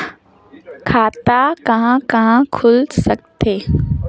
खाता कहा कहा खुल सकथे?